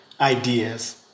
ideas